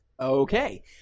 Okay